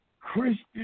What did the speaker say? Christian